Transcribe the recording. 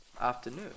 Afternoon